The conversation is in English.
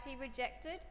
rejected